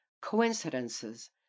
coincidences